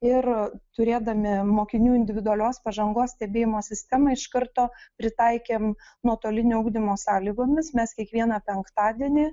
ir turėdami mokinių individualios pažangos stebėjimo sistemą iš karto pritaikėm nuotolinio ugdymo sąlygomis mes kiekvieną penktadienį